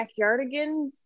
Backyardigans